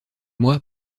moi